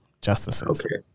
justices